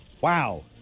Wow